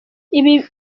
ibi